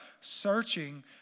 searching